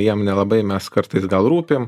jiem nelabai mes kartais gal rūpim